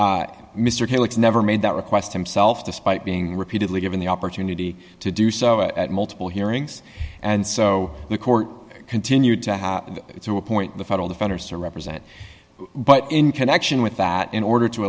calix mr killick never made that request himself despite being repeatedly given the opportunity to do so at multiple hearings and so the court continued to have a point the federal defenders to represent but in connection with that in order to